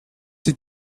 die